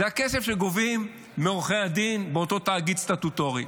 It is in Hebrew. זה הכסף שגובים מעורכי הדין באותו תאגיד סטטוטורי.